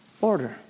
order